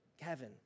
Kevin